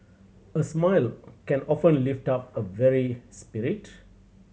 a smile can often lift up a weary spirit